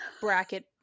bracket